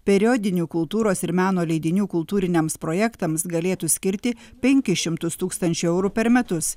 periodinių kultūros ir meno leidinių kultūriniams projektams galėtų skirti penkis šimtus tūkstančių eurų per metus